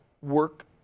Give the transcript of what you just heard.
work